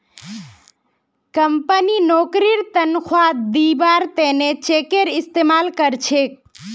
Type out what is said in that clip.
company नौकरीर तन्ख्वाह दिबार त न चेकेर इस्तमाल कर छेक